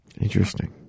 Interesting